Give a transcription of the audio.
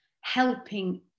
helping